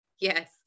yes